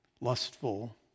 lustful